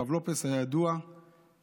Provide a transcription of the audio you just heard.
הרב לופס היה ידוע בקנאותו,